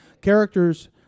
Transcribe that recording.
Characters